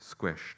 squished